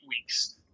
weeks